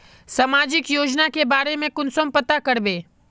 सामाजिक योजना के बारे में कुंसम पता करबे?